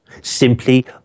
simply